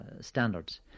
standards